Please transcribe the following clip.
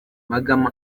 magama